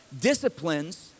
disciplines